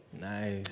Nice